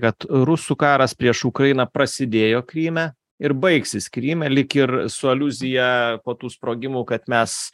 kad rusų karas prieš ukrainą prasidėjo kryme ir baigsis kryme lyg ir su aliuzija po tų sprogimų kad mes